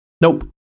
Nope